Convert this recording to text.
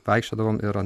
vaikščiodavom ir